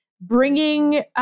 bringing